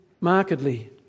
markedly